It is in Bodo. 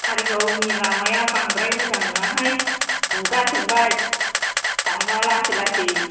खारिगावनि लामाया बांद्राय मोजां नङाहाय गुगाजोब्बाय थांब्ला लासै लासै